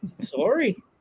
Sorry